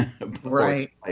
Right